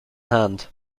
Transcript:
hand